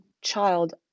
child